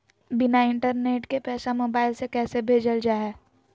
बिना इंटरनेट के पैसा मोबाइल से कैसे भेजल जा है?